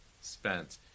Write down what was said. spent